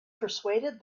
persuaded